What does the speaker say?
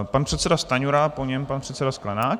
Pan předseda Stanjura, po něm pan předseda Sklenák.